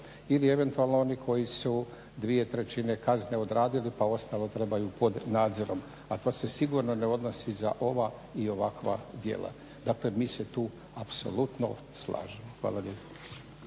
ili eventualno oni koji su dvije trećine kazne odradili pa ostalo trebaju pod nadzorom, a to se sigurno ne odnosi za ova i ovakva djela. Dakle mi se tu apsolutno slažemo. Hvala lijepo.